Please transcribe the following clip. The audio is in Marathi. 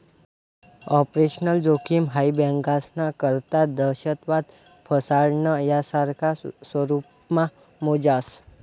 ऑपरेशनल जोखिम हाई बँकास्ना करता दहशतवाद, फसाडणं, यासारखा स्वरुपमा मोजास